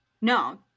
No